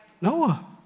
Noah